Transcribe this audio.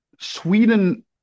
Sweden